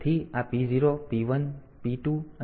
તેથી આ P0 P1 P2 અને P3 છે